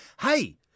hey